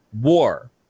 war